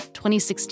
2016